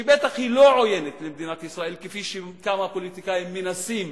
שהיא ודאי לא עוינת למדינת ישראל כפי שכמה פוליטיקאים מנסים